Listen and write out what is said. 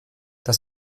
dass